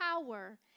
power